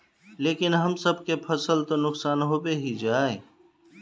लेकिन हम सब के फ़सल तो नुकसान होबे ही जाय?